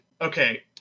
okay